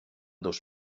dos